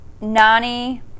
Nani